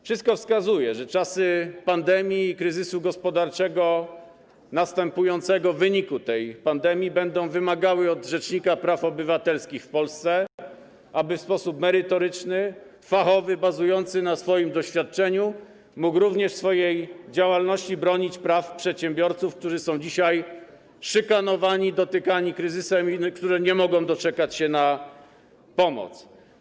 Wszystko wskazuje, że czasy pandemii i kryzysu gospodarczego następującego w wyniku tej pandemii będą wymagały od rzecznika praw obywatelskich w Polsce, aby w sposób merytoryczny, fachowy, bazujący na swoim doświadczeniu mógł również w swojej działalności bronić praw przedsiębiorców, którzy są dzisiaj szykanowani, dotykani kryzysem i nie mogą doczekać się na pomoc.